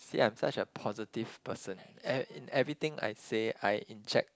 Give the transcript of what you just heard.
see I'm such a positive person in everything I say I inject